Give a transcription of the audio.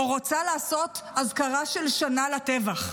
או רוצה לעשות אזכרה של שנה לטבח,